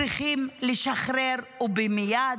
וצריכים להשתחרר ומייד.